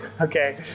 Okay